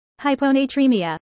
Hyponatremia